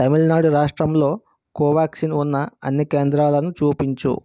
తమిళనాడు రాష్ట్రంలో కోవాక్సిన్ ఉన్న అన్ని కేంద్రాలను చూపించు